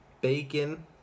bacon